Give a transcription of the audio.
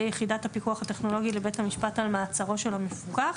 יחידת הפיקוח הטכנולוגי לבית המשפט על מעצרו של המפוקח,